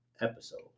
episode